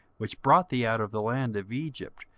which brought thee out of the land of egypt,